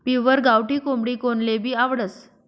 pure गावठी कोंबडी कोनलेभी आवडस